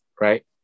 right